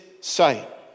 sight